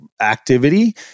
activity